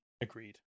Agreed